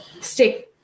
stick